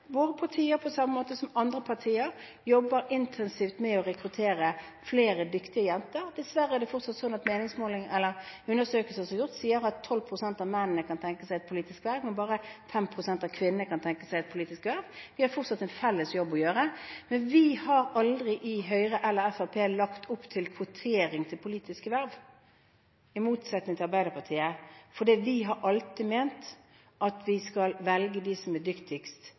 Våre partier jobber – på samme måte som andre partier – intensivt med å rekruttere flere dyktige jenter. Dessverre er det fortsatt slik at undersøkelser som er gjort, viser at 12 pst. av mennene kan tenke seg et politisk verv, men bare 5 pst. av kvinnene kan tenke seg det. Vi har fortsatt en felles jobb å gjøre. Men vi i Høyre eller i Fremskrittspartiet har aldri lagt opp til kvotering til politiske verv, i motsetning til Arbeiderpartiet, fordi vi alltid har ment at vi skal velge dem som er dyktigst